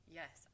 yes